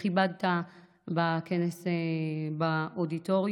שכיבדת את הכנס באודיטוריום.